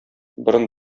борын